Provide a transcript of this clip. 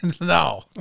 No